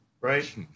right